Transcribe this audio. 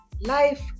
life